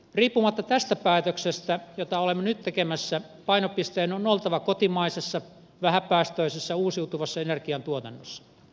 riippumatta tästä päätöksestä jota olemme nyt tekemässä painopisteen on oltava kotimaisessa vähäpäästöisessä uusiutuvassa energiantuotannossa